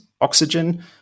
oxygen